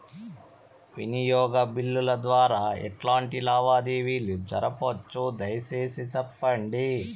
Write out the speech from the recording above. వినియోగ బిల్లుల ద్వారా ఎట్లాంటి లావాదేవీలు జరపొచ్చు, దయసేసి సెప్పండి?